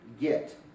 get